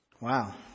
Wow